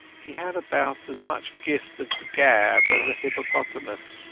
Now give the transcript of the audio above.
he had about as much gift of the gab as a hippopotamus,